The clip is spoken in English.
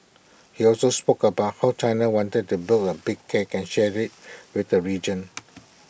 he also spoke about how China wanted to build A big cake and share IT with the region